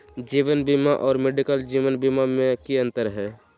जीवन बीमा और मेडिकल जीवन बीमा में की अंतर है?